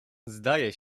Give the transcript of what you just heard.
zdaje